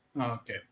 Okay